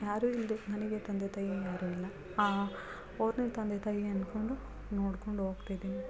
ಯಾರೂ ಇಲ್ದಿದ್ದ ನನಗೆ ತಂದೆ ತಾಯಿ ಯಾರೂ ಇಲ್ಲ ಆ ಅವ್ರನ್ನೇ ತಂದೆ ತಾಯಿ ಅಂದ್ಕೊಂಡು ನೋಡ್ಕೊಂಡು ಹೋಗ್ತಿದಿನಿ